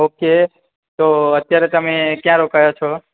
okay તો અત્યારે તમે ક્યાં રોકાયા છો